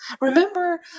Remember